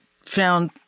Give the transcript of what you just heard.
found